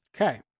Okay